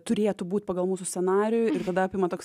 turėtų būt pagal mūsų scenarijų ir tada apima toks